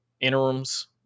interims